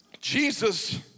Jesus